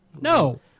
No